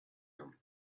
them